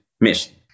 mission